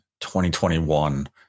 2021